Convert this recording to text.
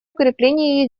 укрепления